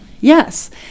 Yes